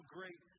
Great